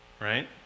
right